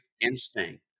instinct